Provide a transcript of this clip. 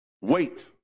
Wait